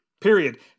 period